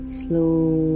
slow